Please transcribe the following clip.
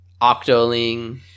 Octoling